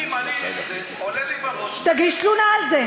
אם עולה לי בראש, תגיש תלונה על זה.